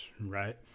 right